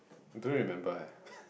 don't remember eh